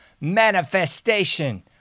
manifestation